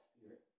spirit